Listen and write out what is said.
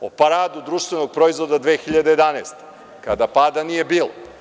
o padu društvenih proizvoda 2011. godine, kada pada nije bilo.